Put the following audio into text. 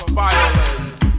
violence